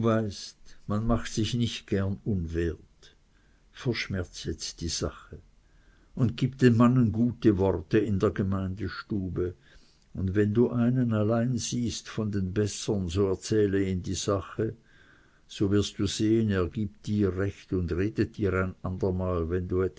man macht sich nicht gern unwert verschmerz jetzt die sache und gib den mannen gute worte in der gemeindstube und wenn du einen allein siehst von den bessern so erzähle ihm die sache du wirst sehen er gibt dir recht und redet dir ein andermal wenn du